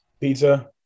Pizza